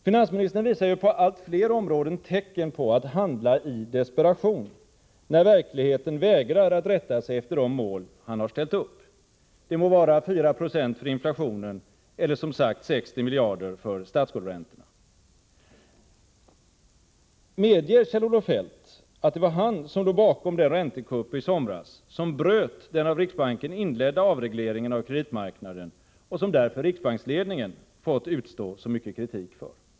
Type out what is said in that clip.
På allt fler områden visar finansministern tecken på att handla i despera tion när verkligheten vägrar att rätta sig efter de mål som han har ställt upp. Det må vara 4 Z för inflationen eller, som sagt, 60 miljarder för statsskuldräntorna. Medger Kjell-Olof Feldt att det var han som låg bakom den räntekupp i somras som bröt den av riksbanken inledda avregleringen av kreditmarknaden och som riksbanksledningen fått utstå så mycken kritik för?